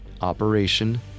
operation